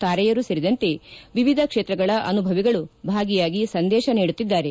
ತಾರೆಯರು ಸೇರಿದಂತೆ ವಿವಿಧ ಕ್ಷೇತ್ರಗಳ ಅನುಭವಿಗಳು ಭಾಗಿಯಾಗಿ ಸಂದೇಶ ನೀಡಲಿದ್ದಾರೆ